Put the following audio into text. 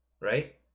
Right